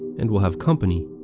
and will have company.